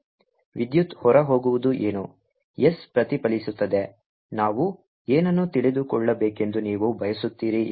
ವಿದ್ಯುತ್ ಹೊರಹೋಗುವುದು ಏನು S ಪ್ರತಿಫಲಿಸುತ್ತದೆ ನಾವು ಏನನ್ನು ತಿಳಿದುಕೊಳ್ಳಬೇಕೆಂದು ನೀವು ಬಯಸುತ್ತೀರಿ ಎಂಬುದು